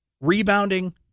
rebounding